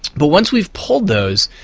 but once we've pulled those,